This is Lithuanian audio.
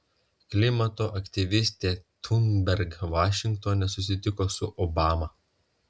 klimato aktyvistė thunberg vašingtone susitiko su obama